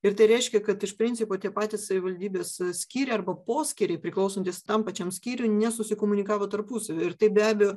ir tai reiškia kad iš principo tie patys savivaldybės skyriai arba poskyriai priklausantys tam pačiam skyriui nesusikomunikavo tarpusavyje ir tai be abejo